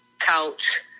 couch